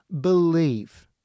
believe